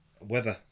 weather